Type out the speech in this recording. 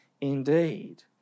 indeed